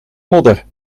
modder